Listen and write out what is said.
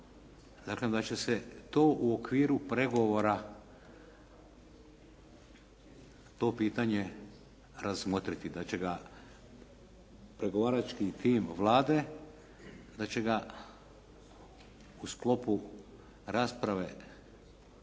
Dakle da će se to u okviru pregovora to pitanje razmotriti. Da će ga pregovarački tim Vlade, da će ga u sklopu rasprave i